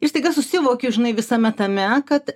ir staiga susivoki žinai visame tame kad